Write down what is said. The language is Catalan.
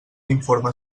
informe